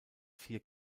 vier